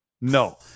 No